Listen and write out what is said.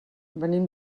venim